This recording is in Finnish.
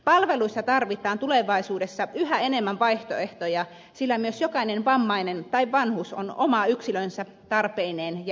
palveluissa tarvitaan tulevaisuudessa yhä enemmän vaihtoehtoja sillä myös jokainen vammainen tai vanhus on oma yksilönsä tarpeineen ja elämäntilanteineen